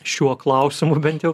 šiuo klausimu bent jau